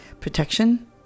protection